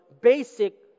basic